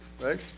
right